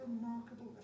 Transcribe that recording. remarkable